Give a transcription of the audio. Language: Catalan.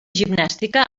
gimnàstica